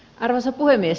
arvoisa puhemies